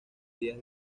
días